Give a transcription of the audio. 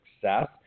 success